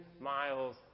miles